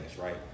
right